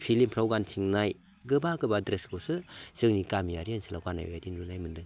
फिल्मफ्राव गानथिंनाय गोबा गोबा द्रेसखौसो जोंनि गामियारि ओनसोलाव गाननाय बायदि नुनो मोन्दों